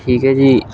ਠੀਕ ਹੈ ਜੀ